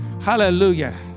Hallelujah